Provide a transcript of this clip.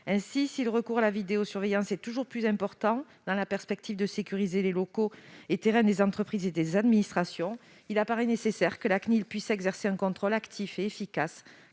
Si le recours à la vidéosurveillance est toujours plus important, dans la perspective de sécuriser les locaux et terrains des entreprises et des administrations, il apparaît nécessaire que la CNIL exerce un contrôle actif et efficace